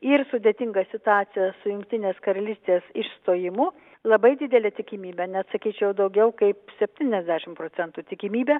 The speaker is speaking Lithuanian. ir sudėtingą situaciją su jungtinės karalystės išstojimu labai didelė tikimybė net sakyčiau daugiau kaip septyniasdešim procentų tikimybė